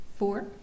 Four